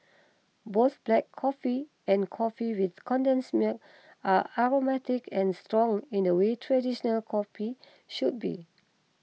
both black coffee and coffee with condensed milk are aromatic and strong in the way traditional coffee should be